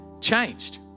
changed